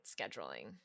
scheduling